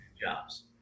jobs